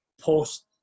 post